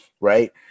right